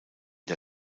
der